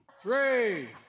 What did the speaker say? Three